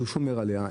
אז הוא שומר עליה.